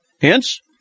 Hence